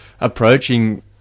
approaching